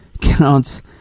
counts